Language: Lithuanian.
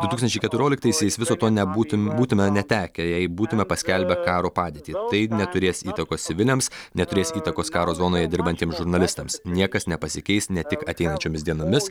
du tūkstančiai keturioliktaisiais viso to nebūtum būtume netekę jei būtume paskelbę karo padėtį tai neturės įtakos civiliams neturės įtakos karo zonoje dirbantiems žurnalistams niekas nepasikeis ne tik ateinančiomis dienomis